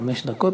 חמש דקות.